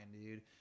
dude